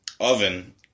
oven